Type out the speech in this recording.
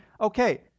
okay